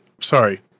sorry